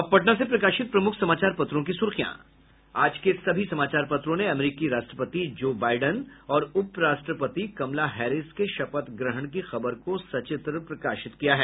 अब पटना से प्रकाशित प्रमुख समाचार पत्रों की सुर्खियां आज के सभी समाचार पत्रों ने अमेरिकी राष्ट्रपति जो बाइडन और उपराष्ट्रपति कमला हैरिस के शपथ ग्रहण की खबर को सचित्र प्रकाशित किया है